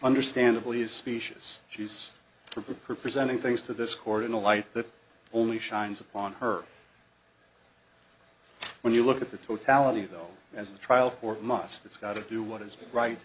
understandably is specious she's for presenting things to this court in a light that only shines upon her when you look at the totality though as the trial court must it's got to do what is right